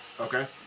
Okay